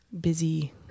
busy